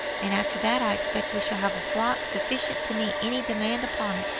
and after that i expect we shall have a flock sufficient to meet any demand upon it.